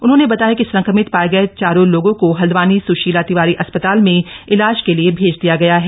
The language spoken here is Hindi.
उन्होंने बताया कि संक्रमित पाए गए चारों लोगों को हल्दवानी सुशीला तिवारी अस्पताल में इलाज के लिए भैज दिया गया है